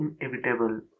inevitable